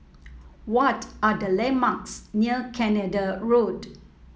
what are the landmarks near Canada Road